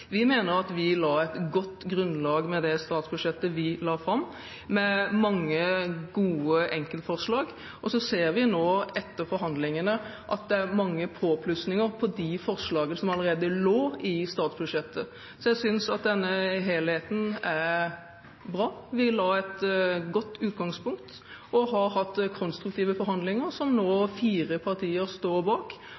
Vi mener at vi la et godt grunnlag med det statsbudsjettet vi la fram, med mange gode enkeltforslag. Så ser vi nå etter forhandlingene at det er mange påplussinger på de forslagene som allerede lå i statsbudsjettet. Jeg synes at denne helheten er bra, vi la et godt utgangspunkt og har hatt konstruktive forhandlinger som fire partier nå